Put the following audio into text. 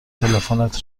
تلفنت